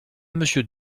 monsieur